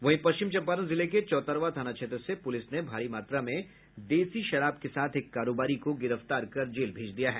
वहीं पश्चिम चंपारण जिले के चौतरवा थाना क्षेत्र से पुलिस ने भारी मात्रा में देसी शराब के साथ एक कारोबारी को गिरफ्तार कर जेल भेज दिया है